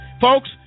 Folks